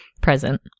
present